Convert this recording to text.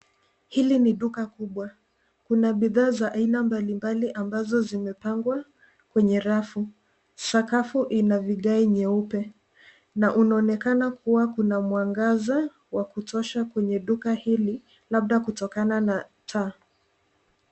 Hili ni duka kubwa. Kuna bidhaa za aina mbalimbali ambazo zimepangwa kwenye rafu. Sakafu ina vigae nyeupe, na inaonekana kuwa kuna mwangaza wa kutosha kwenye duka hili, labda kutokana na taa.